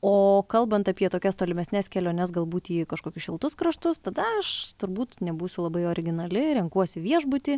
o kalbant apie tokias tolimesnes keliones galbūt į kažkokius šiltus kraštus tada aš turbūt nebūsiu labai originali renkuosi viešbutį